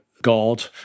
god